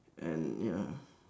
and ya